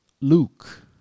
Luke